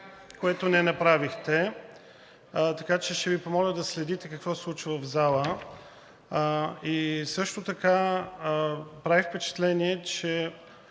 което не направихте, така че ще Ви помоля да следите какво се случва в залата. И също така прави впечатление –